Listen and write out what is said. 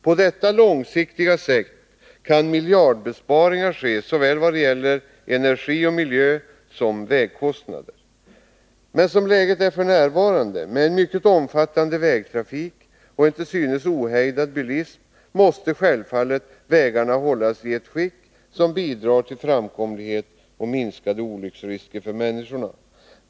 På detta långsiktiga sätt kan miljardbesparingar ske vad gäller såväl energi och miljö som vägkostnader. Men som läget är f. n., med en mycket omfattande vägtrafik och en till synes ohejdad bilism, måste vägarna självfallet hållas i ett skick som bidrar till framkomlighet och minskade olycksrisker för människorna.